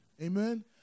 Amen